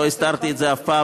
לא הסתרתי את זה אף פעם.